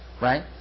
Right